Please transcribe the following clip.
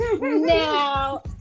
Now